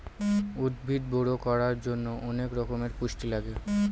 উদ্ভিদ বড়ো করার জন্য অনেক রকমের পুষ্টি লাগে